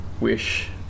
wish